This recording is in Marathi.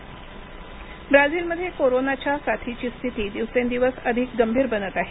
ब्राझील ब्राझीलमध्ये कोरोनाच्या साथीची स्थिती दिवसेंदिवस अधिक गंभीर बनत आहे